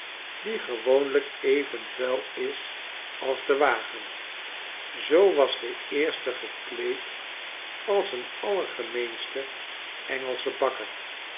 die gewoonlijk even vuil is als de wagen zoo was de eerste gekleed als een allergemeenste engelsche bakker